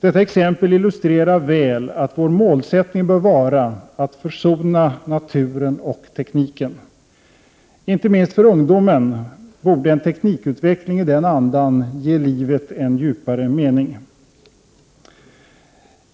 Detta exempel illustrerar väl att vår målsättning bör vara att försona naturen och tekniken. Inte minst för ungdomen borde en teknikutveckling i den andan ge livet en djupare mening.